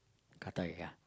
ya